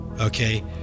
Okay